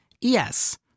Yes